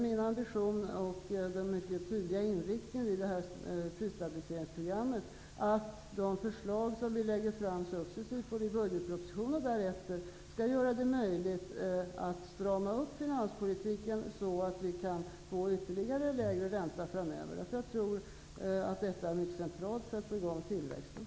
Min ambition, och den mycket tydliga inriktningen i det här prisstabiliseringsprogrammet, är en uppstramning av finanspolitiken genom de förslag som successivt läggs fram i budgetpropositionen och därefter, för att framöver kunna få en ytterligare lägre ränta. Det är en mycket central fråga för att få i gång tillväxten.